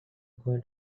going